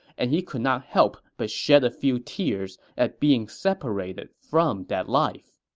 and he could not help but shed a few tears at being separated from that life